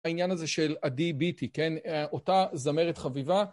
העניין הזה של עדי ביטי, כן, אותה זמרת חביבה.